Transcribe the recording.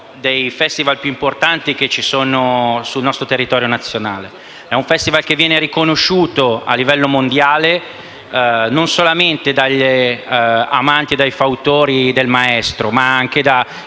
È un Festival riconosciuto a livello mondiale, non solamente dagli amanti e dai fautori del Maestro, ma anche da